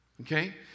Okay